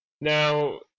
Now